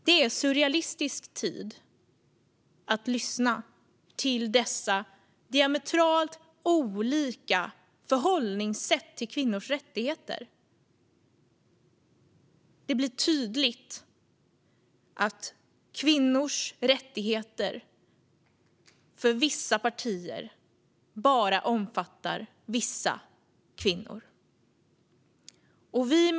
Det är surrealistiskt att lyssna till dessa diametralt olika förhållningssätt. Det blir tydligt att för en del partier omfattas bara vissa kvinnor av kvinnors rättigheter.